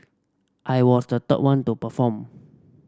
I was the third one to perform